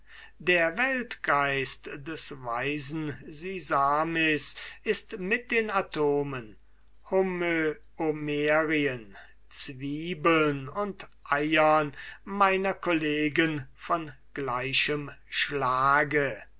der weltgeist des weisen sisamis ist mit den atomen homöomerien zwiebeln und eiern meiner collegen von gleichem schlage